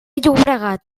llobregat